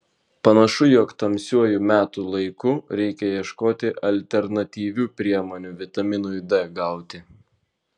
panašu jog tamsiuoju metų laiku reikia ieškoti alternatyvių priemonių vitaminui d gauti